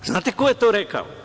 Znate ko je to rekao?